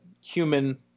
human